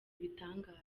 ibitangaza